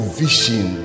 vision